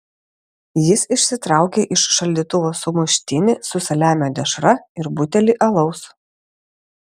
jis išsitraukė iš šaldytuvo sumuštinį su saliamio dešra ir butelį alaus